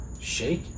Shake